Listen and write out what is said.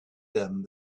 them